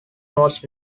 was